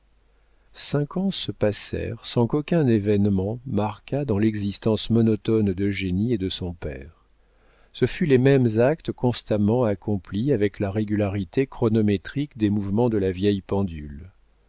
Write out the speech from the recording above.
cinq ans se passèrent sans qu'aucun événement marquât dans l'existence monotone d'eugénie et de son père ce fut les mêmes actes constamment accomplis avec la régularité chronométrique des mouvements de la vieille pendule